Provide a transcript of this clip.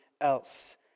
else